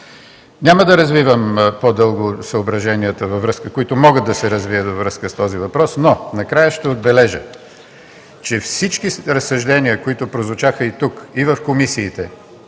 Няма да развивам по-дълго съображенията, които могат да се развият във връзка с този въпрос. Но накрая ще отбележа, че всички разсъждения, които прозвучаха и тук, и в комисиите,